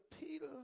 Peter